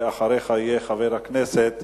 אחריך יהיה חבר הכנסת